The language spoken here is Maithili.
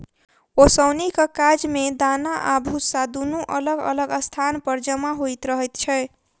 ओसौनीक काज मे दाना आ भुस्सा दुनू अलग अलग स्थान पर जमा होइत रहैत छै